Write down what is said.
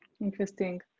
interesting